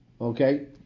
Okay